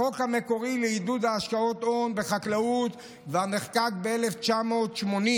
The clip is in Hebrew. החוק המקורי לעידוד השקעות הון בחקלאות נחקק כבר ב-1980,